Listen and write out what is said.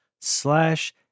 slash